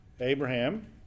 Abraham